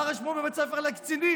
מה רשמו בבית הספר לקצינים?